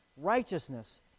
righteousness